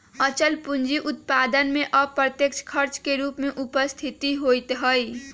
अचल पूंजी उत्पादन में अप्रत्यक्ष खर्च के रूप में उपस्थित होइत हइ